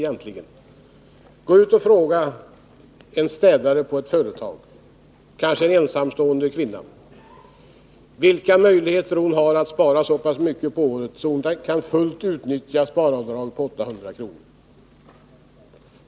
Gå ut och fråga en städare på ett företag — kanske en ensamstående kvinna — vilka möjligheter hon har att spara så pass mycket att hon kan fullt utnyttja sparavdraget på 800 kr.!